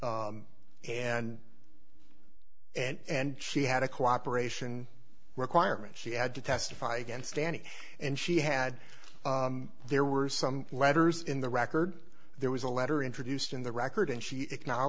and and she had a cooperation requirement she had to testify against danny and she had there were some letters in the record there was a letter introduced in the record and she